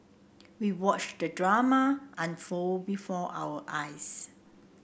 we watched the drama unfold before our eyes